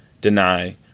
deny